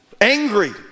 angry